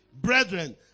brethren